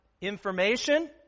information